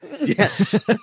yes